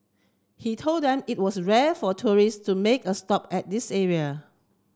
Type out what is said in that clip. he told them it was rare for tourists to make a stop at this area